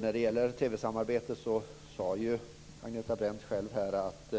När det gäller TV-samarbetet sade ju Agneta Brendt själv här att